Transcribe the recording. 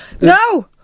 No